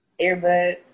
earbuds